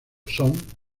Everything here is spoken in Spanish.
son